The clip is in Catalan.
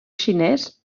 xinès